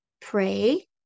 pray